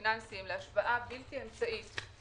ועוד 70 שהודיעו שבכוונתם להנפיק ברבעון הקרוב,